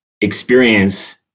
experience